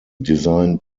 designed